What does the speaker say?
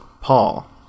paul